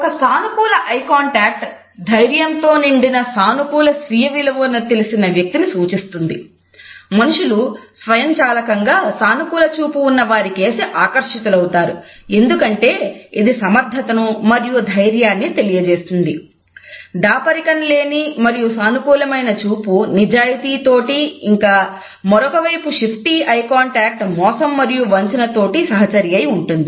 ఒక సానుకూల eye contact మోసం మరియు వంచనతో సహచారి అయిఉంటుంది